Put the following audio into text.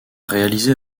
réalisé